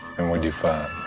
and we do fine.